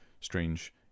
strange